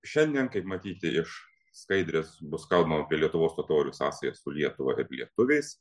šiandien kaip matyti iš skaidrės bus kalbama apie lietuvos totorių sąsają su lietuva ir lietuviais